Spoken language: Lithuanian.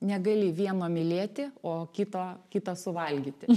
negali vieno mylėti o kito kitą suvalgyti